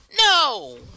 no